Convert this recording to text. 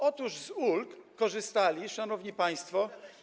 Otóż z ulg korzystali, szanowni państwo.